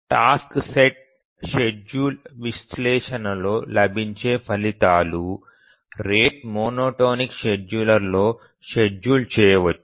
task set schedule విశ్లేషణలో లభించే ఫలితాలు రేటు మోనోటోనిక్ షెడ్యూలర్లో షెడ్యూల్ చేయవచ్చు